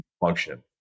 function